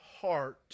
heart